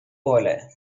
போல